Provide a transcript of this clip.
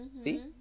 See